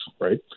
right